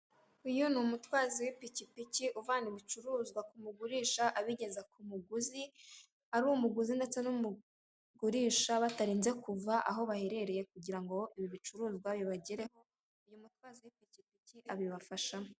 Uyu ni umutwazi w'ipikipiki uvana ibicuruzwa k'umugurisha abigeza k'umuguzi, ari umuguzi ndetse n'umugurisha batarinze kuva aho baherereye kugira ngo ibi bicuruzwa bibagereho, uyu mutwazi abibafashamo.